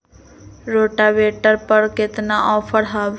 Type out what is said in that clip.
Rotavator पर केतना offer हव?